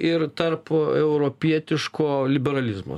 ir tarp europietiško liberalizmo